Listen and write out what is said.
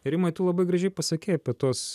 ir rimai tu labai gražiai pasakei apie tuos